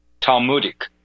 Talmudic